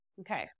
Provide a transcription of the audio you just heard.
Okay